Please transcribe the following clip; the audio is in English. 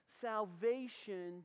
salvation